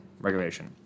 regulation